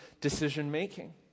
decision-making